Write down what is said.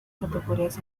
categorías